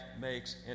makes